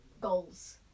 Goals